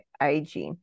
IG